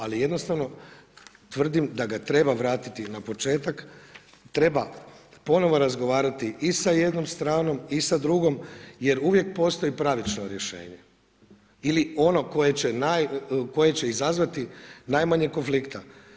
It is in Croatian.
Ali jednostavno tvrdim da ga treba vratiti na početak, treba ponovo razgovarat i sa jednom stranom i sa drugom jer uvijek postoji pravično rješenje ili ono koje će izazvati najmanje konflikta.